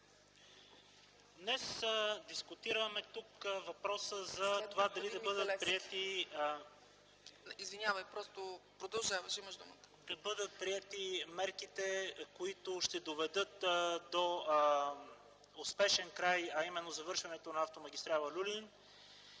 тук дискутираме въпроса дали да бъдат приети мерките, които ще доведат до успешен край, а именно завършването на автомагистрала „Люлин”